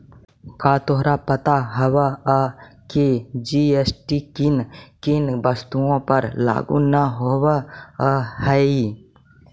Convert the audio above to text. का तोहरा पता हवअ की जी.एस.टी किन किन वस्तुओं पर लागू न होवअ हई